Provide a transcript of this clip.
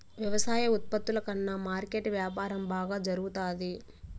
వ్యవసాయ ఉత్పత్తుల కన్నా మార్కెట్ వ్యాపారం బాగా జరుగుతాది